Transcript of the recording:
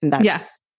yes